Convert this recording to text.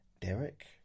Derek